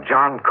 John